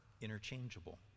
interchangeable